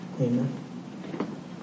amen